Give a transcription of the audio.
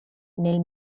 nel